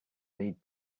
need